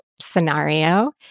scenario